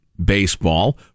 baseball